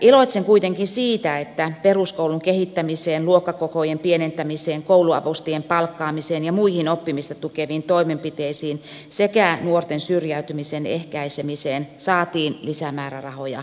iloitsen kuitenkin siitä että peruskoulun kehittämiseen luokkakokojen pienentämiseen kouluavustajien palkkaamiseen ja muihin oppimista tukeviin toimenpiteisiin sekä nuorten syrjäytymisen ehkäisemiseen saatiin lisämäärärahoja kiitettävästi